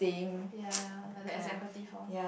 ya ya like the executive lor